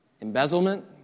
embezzlement